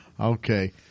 Okay